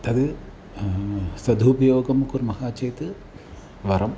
तद् सदुपयोगं कुर्मः चेत् वरम्